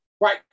Right